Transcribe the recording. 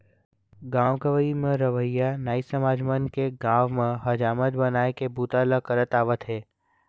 गाँव गंवई म रहवइया नाई समाज मन के गाँव म हजामत बनाए के बूता ल करत आवत हे